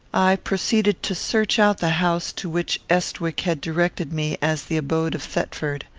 i proceeded to search out the house to which estwick had directed me as the abode of thetford.